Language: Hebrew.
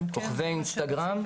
כוכבי אינסטגרם,